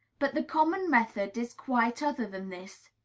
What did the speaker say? but the common method is quite other than this.